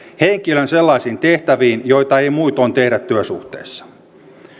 henkilön sellaisiin tehtäviin joita ei muutoin tehdä työsuhteessa